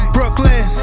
Brooklyn